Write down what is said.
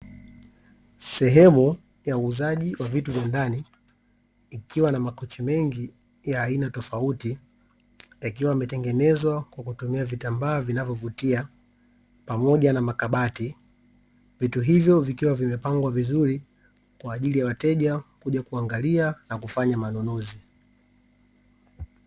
Sehemu ya uuzaji wa vitu vya ndani ikiwa na makochi mengi ya aina tofauti, yakiwa yametengenezwa kwa kutumia vitambaa vinavyovutia, pamoja na makabati. Vitu hivyo vikiwa vimepangwa vizuri kwa ajili ya wateja kuja kuangalia na kufanya manunuzi.